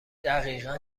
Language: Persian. دقیقا